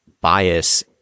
bias